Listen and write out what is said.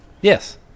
Yes